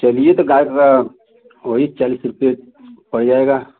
चलिए तो गाय वही चालीस रुपये पड़ जाएगा